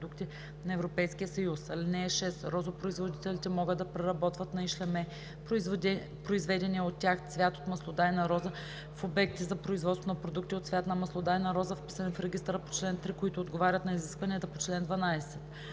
продукти на Европейския съюз. (6) Розопроизводителите могат да преработват на ишлеме произведения от тях цвят от маслодайна роза в обекти за производство на продукти от цвят на маслодайна роза, вписани в регистъра по чл. 3, които отговарят на изискванията на чл. 12.